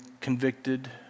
convicted